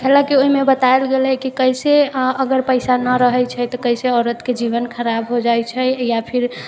कएले कि ओहिमे बताएल गेलै हइ कि कइसे अगर पैसा नहि रहै छै तऽ कइसे औरतके जीवन खराब हो जाइ छै या फेर